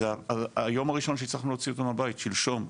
אז היום הראשון שהצלחנו להוציא אותו מהבית, שלשום,